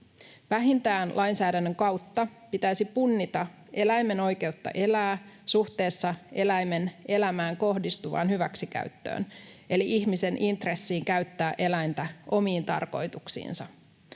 Vähintään lainsäädännön kautta pitäisi punnita eläimen oikeutta elää suhteessa eläimen elämään kohdistuvaan hyväksikäyttöön eli ihmisen intressiin käyttää eläintä omiin tarkoituksiinsa.